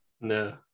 No